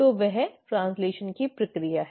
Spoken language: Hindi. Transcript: तो वह ट्रैन्स्लैशन की प्रक्रिया है